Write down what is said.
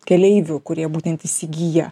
keleivių kurie būtent įsigiję